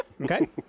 okay